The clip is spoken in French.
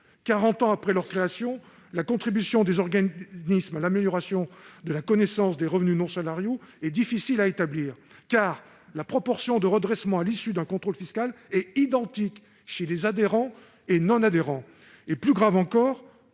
ans après leur création, la contribution des organismes à l'amélioration de la connaissance des revenus non salariaux est difficile à établir », car « la proportion de redressements à l'issue d'un contrôle fiscal est identique chez les adhérents et non-adhérents ». Plus graves encore,